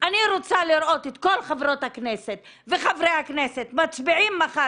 אני רוצה לראות את כל חברות וחברי הכנסת מצביעים מחר